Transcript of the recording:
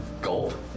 Gold